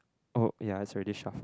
oh ya it's already shuffled